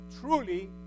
Truly